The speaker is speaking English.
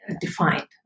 defined